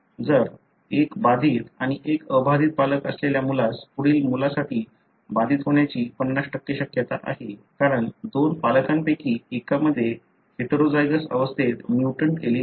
जर एक बाधित आणि एक अबाधित पालक असलेल्या मुलास पुढील मुलासाठी बाधित होण्याची 50 शक्यता आहे कारण दोन पालकांपैकी एकामध्ये हेटेरोझायगस अवस्थेत म्युटंट एलील आहे